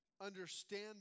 understand